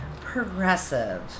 Progressive